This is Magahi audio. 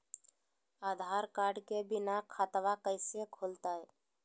आधार कार्ड के बिना खाताबा कैसे खुल तय?